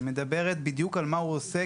שמדבר בדיוק על מה הוא עושה,